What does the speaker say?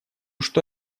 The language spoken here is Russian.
что